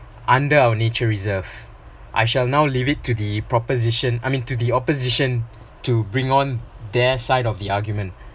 under our nature reserve I shall now leave it to the proposition I mean to the opposition to bring on their side of the argument